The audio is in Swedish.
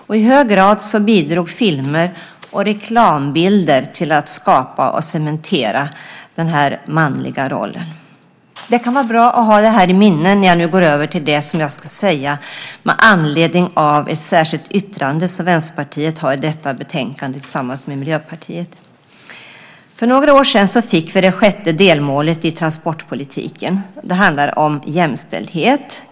Och i hög grad bidrog filmer och reklambilder till att skapa och cementera den här manliga rollen. Det kan vara bra att ha det här i minnet när jag nu går över till det som jag ska säga med anledning av ett särskilt yttrande som Vänsterpartiet har i detta betänkande tillsammans med Miljöpartiet. För några år sedan fick vi det sjätte delmålet i transportpolitiken. Det handlar om jämställdhet.